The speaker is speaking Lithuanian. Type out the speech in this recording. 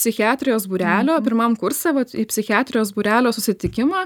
psichiatrijos būrelio pirmam kurse vat į psichiatrijos būrelio susitikimą